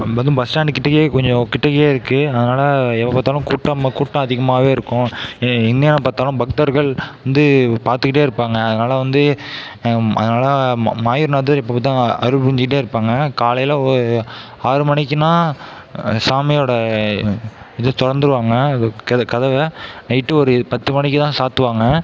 அது வந்து bus stand கிட்டக்கேயே கொஞ்சம் கிட்டக்கயே இருக்குது அதனால எப்போ பார்த்தாலும் கூட்டம் கூட்டம் அதிகமாகவே இருக்கும் எந்நேரம் பார்த்தாலும் பக்தர்கள் வந்து பாத்துக்கிட்டே இருப்பாங்க அதனால வந்து அதனால ம மாயூரநாதர் எப்போ பார்த்தாலும் அருள் புரிஞ்சுக்கிட்டே இருப்பாங்க காலையில் ஆறு மணிக்கினால் சாமியோடய இதை திறந்துருவாங்க க கதவை நைட்டு ஒரு பத்து மணிக்கு தான் சாற்றுவாங்க